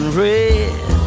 red